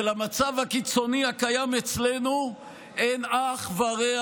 שלמצב הקיצוני הקיים אצלנו אין אח ורע